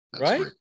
Right